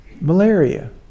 Malaria